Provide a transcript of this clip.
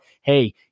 hey